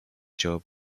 job